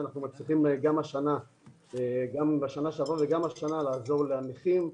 משמח שאנחנו מצליחים גם בשנה שעברה וגם השנה לעזור לנכים,